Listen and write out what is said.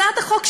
הצעת החוק שלנו,